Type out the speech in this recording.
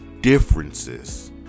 differences